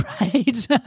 right